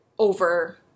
over